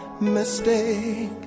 mistake